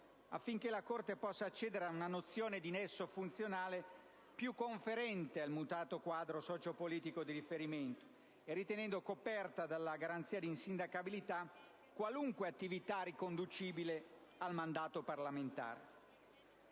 Costituzione per accedere ad una nozione di nesso funzionale più conferente al mutato quadro socio-politico di riferimento e ritenendo dunque coperta dalla garanzia di insindacabilità qualunque attività riconducibile al mandato parlamentare.